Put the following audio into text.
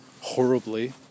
horribly